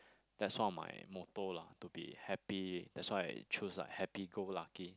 that's one of my motto lah to be happy that's why I choose like happy go lucky